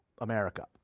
America